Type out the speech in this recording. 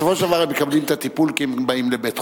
בסופו של דבר הם מקבלים את הטיפול כי הם באים לבית-חולים.